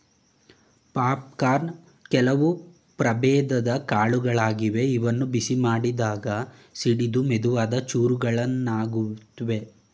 popcorn ಕೆಲವು ಪ್ರಭೇದದ್ ಕಾಳುಗಳಾಗಿವೆ ಇವನ್ನು ಬಿಸಿ ಮಾಡಿದಾಗ ಸಿಡಿದು ಮೆದುವಾದ ಚೂರುಗಳಾಗುತ್ವೆ